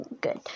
good